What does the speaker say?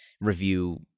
review